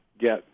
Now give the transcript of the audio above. get